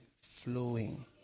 flowing